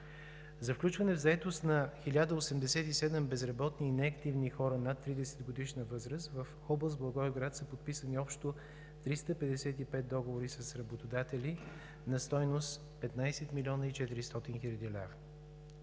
За включване в заетост на 1087 безработни и неактивни хора над 30-годишна възраст в област Благоевград са подписани общо 355 договора с работодатели на стойност 15 млн. 400 хил.